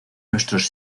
nuestros